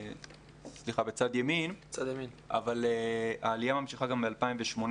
אבל העלייה ממשיכה גם ב-2018,